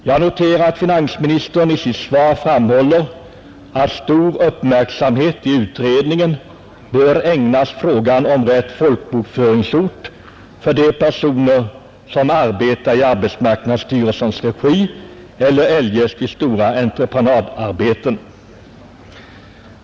Jag noterar att finansministern i sitt svar framhåller att stor uppmärksamhet i utredningen bör ägnas ”frågan om rätt folkbokföringsort för de personer som arbetar i arbetsmarknadsstyrelsens regi eller eljest vid stora entreprenadarbeten”.